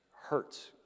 hurts